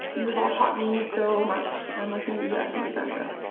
you have all taught me so much, i'm looking at you guys in the front row.